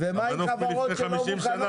המנוף מלפני 50 שנה,